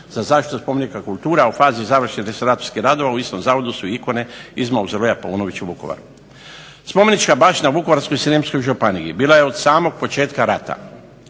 za zaštitu spomenika kultura u fazi …/Ne razumije se./… radova u istom zavodu su ikone iz mauzoleja Paunović u Vukovaru. Spomenička baština u Vukovarsko-srijemskoj županiji bila je od samog početka rata